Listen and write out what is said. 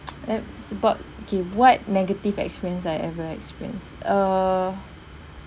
about okay what negative experience I ever experience err